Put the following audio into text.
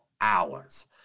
hours